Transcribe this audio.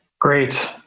great